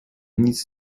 nic